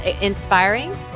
inspiring